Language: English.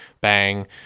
Bang